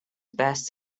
best